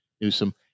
Newsom